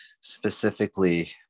specifically